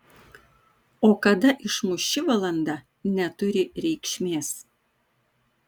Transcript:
o kada išmuš ši valanda neturi reikšmės